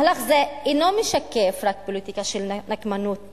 מהלך זה אינו משקף רק פוליטיקה של נקמנות